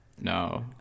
No